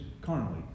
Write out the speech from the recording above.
carnally